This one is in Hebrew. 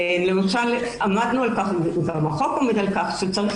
למשל עמדנו על כך גם החוק עומד על כך שצריך